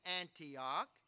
Antioch